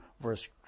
verse